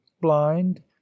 blind